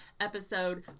episode